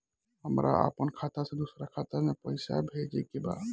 हमरा आपन खाता से दोसरा खाता में पइसा भेजे के बा